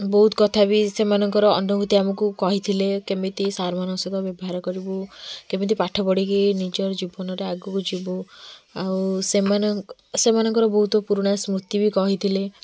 ବହୁତ କଥା ବି ସେମାନଙ୍କର ଅନୁଭୂତି ଆମକୁ କହିଥିଲେ କେମିତି ସାର୍ ମାନଙ୍କ ସହିତ ବ୍ୟବହାର କରିବୁ କେମିତି ପାଠ ପଢ଼ିକି ନିଜର ଜୀବନରେ ଆଗକୁ ଯିବୁ ଆଉ ସେମାନେ ସେମାନଙ୍କର ବହୁତ ପୁରୁଣା ସ୍ମୃତି ବି କହିଥିଲେ